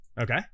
okay